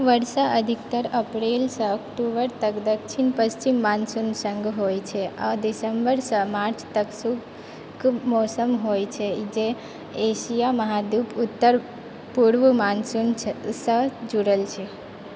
वर्षा अधिकतर अप्रिल सँ अक्टूबर तक दक्षिण पश्चिम मानसूनक सङ्ग होइत छै आ दिसम्बर सँ मार्च तक शुष्क मौसम होइत छै जे एशिया महाद्वीपक उत्तर पूर्व मानसूनसँ जुड़ल छै